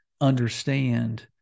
understand